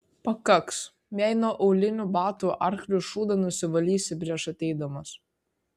pakaks jei nuo aulinių batų arklių šūdą nusivalysi prieš ateidamas